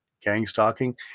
gang-stalking